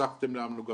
עכשיו הוספתם לנו גם